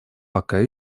пока